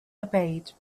obeyed